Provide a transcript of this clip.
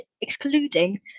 excluding